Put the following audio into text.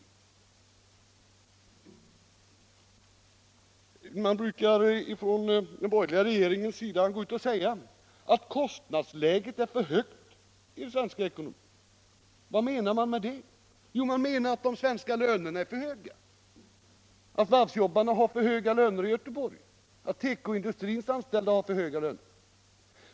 Om varvsindustrins Man brukar från den borgerliga regeringens sida gå ut och säga att — problem kostnadsläget är för högt i den svenska ekonomin. Vad menar man med det? Jo, att de svenska lönerna är för höga. Varvsjobbarna i Göteborg har för höga löner, tekoindustrins anställda har för höga löner.